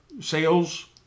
sales